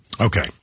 Okay